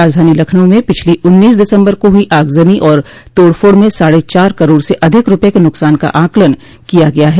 राजधानी लखनऊ में पिछली उन्नीस दिसम्बर को हुई आगजनी और तोड़फोड़ में साढ़े चार करोड़ से अधिक रूपये के नुकसान का आंकलन किया गया है